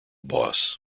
boss